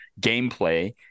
gameplay